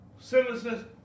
sinlessness